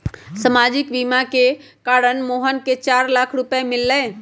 सामाजिक बीमा के कारण मोहन के चार लाख रूपए मिल लय